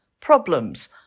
problems